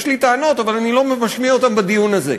יש לי טענות, אבל אני לא משמיע אותן בדיון הזה.